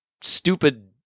stupid